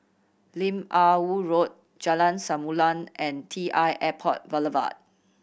Lim Ah Woo Road Jalan Samulun and T I Airport Boulevard